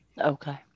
Okay